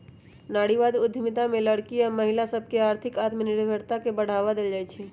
नारीवाद उद्यमिता में लइरकि आऽ महिला सभके आर्थिक आत्मनिर्भरता के बढ़वा देल जाइ छइ